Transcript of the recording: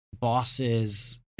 bosses